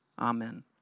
Amen